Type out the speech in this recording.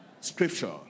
Scripture